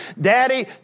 Daddy